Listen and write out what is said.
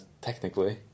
technically